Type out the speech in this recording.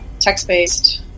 text-based